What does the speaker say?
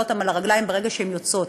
אותן על הרגליים ברגע שהן יוצאות.